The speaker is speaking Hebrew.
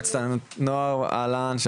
בבקשה.